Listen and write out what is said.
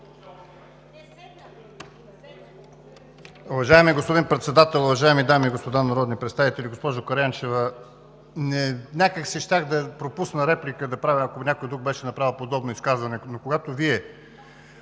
Уважаеми господин Председател, уважаеми дами и господа народни представители! Госпожо Караянчева, някак си щях да пропусна да правя реплика, ако някой друг беше направил подобно изказване, но когато Вие